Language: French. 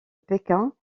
pékin